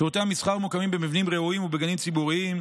שירותי המסחר ממוקמים במבנים רעועים ובגנים ציבוריים,